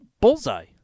bullseye